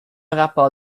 rapport